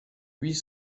huit